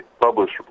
published